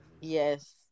Yes